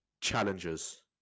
Challenges